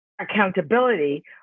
accountability